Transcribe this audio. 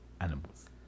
Animals